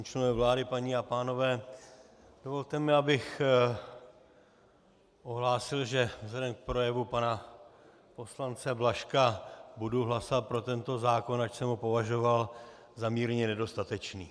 Vážení členové vlády, paní a pánové, dovolte mi, abych ohlásil, že vzhledem k projevu pana poslance Blažka budu hlasovat pro tento zákon, ač jsem ho považoval za mírně nedostatečný.